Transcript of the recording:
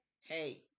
hey